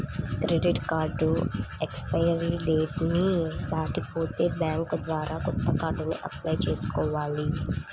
credit card expiry date ని దాటిపోతే bank ద్వారా కొత్త కార్డుకి అప్లై చేసుకోవాలి